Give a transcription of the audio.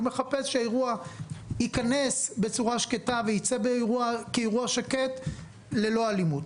הוא מחפש שהאירוע ייכנס בצורה שקטה וייצא כאירוע שקט ללא אלימות.